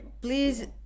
Please